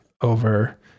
over